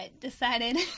decided